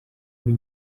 b’i